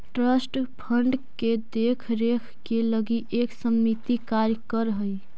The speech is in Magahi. ट्रस्ट फंड के देख रेख के लगी एक समिति कार्य कर हई